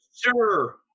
Sure